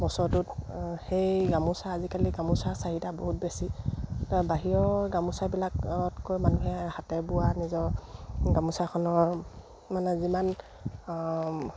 বছৰটোত সেই গামোচা আজিকালি গামোচা চাহিদা বহুত বেছি বাহিৰৰ গামোচাবিলাকতকৈ মানুহে হাতে বোৱা নিজৰ গামোচাখনৰ মানে যিমান